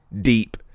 deep